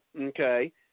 okay